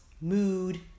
mood